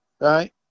right